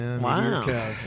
Wow